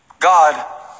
God